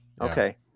Okay